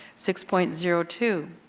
six point zero two,